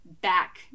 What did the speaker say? back